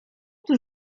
cóż